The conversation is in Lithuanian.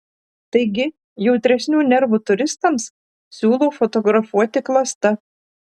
taigi jautresnių nervų turistams siūlau fotografuoti klasta